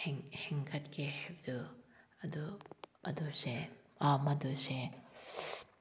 ꯍꯦꯟꯒꯠꯀꯦ ꯍꯥꯏꯕꯗꯨ ꯑꯗꯨ ꯑꯗꯨꯁꯦ ꯃꯗꯨꯁꯦ